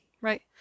right